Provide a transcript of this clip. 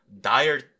Dire